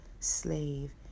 slave